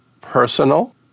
Personal